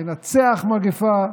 לנצח מגפה,